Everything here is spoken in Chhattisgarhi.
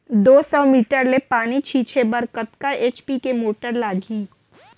दो सौ मीटर ले पानी छिंचे बर कतका एच.पी के मोटर लागही?